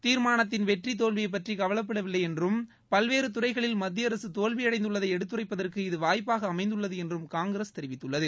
தீர்மானத்தின் வெற்றி தோல்வியை பற்றி கவவைப்படவில்லை என்றும் பல்வேறு துறைகளில் மத்திய அரசு தோல்வியடைந்துள்ளதை எடுத்துரைப்பதற்கு இது வாய்ப்பாக அமைந்துள்ளது என்று காங்கிரஸ் தெரிவித்துள்ளது